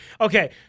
Okay